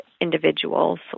individuals